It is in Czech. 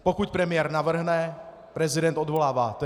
Pokud premiér navrhne, prezident odvolává.